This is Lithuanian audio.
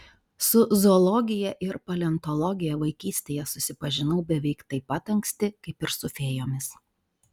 su zoologija ir paleontologija vaikystėje susipažinau beveik taip pat anksti kaip ir su fėjomis